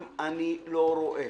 אם אני לא רואה